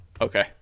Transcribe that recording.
Okay